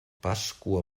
pasqua